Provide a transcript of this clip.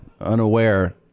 unaware